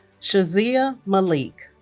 shazia malik